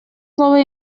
слово